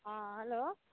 हॅं हेलो